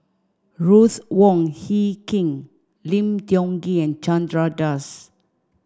Ruth Wong Hie King Lim Tiong Ghee Chandra Das